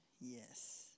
yes